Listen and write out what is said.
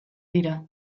dira